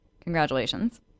Congratulations